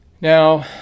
Now